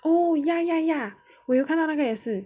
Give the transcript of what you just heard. oh yeah yeah yeah 我有看到那个也是